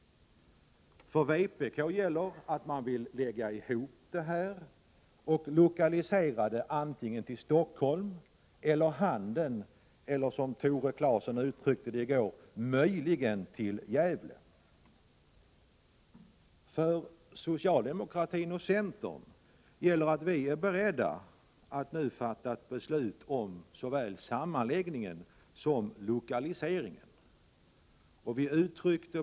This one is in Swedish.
För vpk:s del gäller det att man vill lägga ihop det här och lokalisera det antingen till Stockholm eller till Handen, eller som Tore Claeson uttryckte det i går — möjligen till Gävle. För socialdemokraterna och centern gäller att vi är beredda att nu fatta ett beslut om såväl sammanläggning som lokalisering.